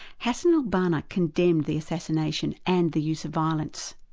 hassan al-banna condemned the assassination and the use of violence,